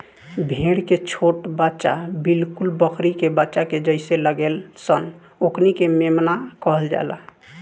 भेड़ के छोट बच्चा बिलकुल बकरी के बच्चा के जइसे लागेल सन ओकनी के मेमना कहल जाला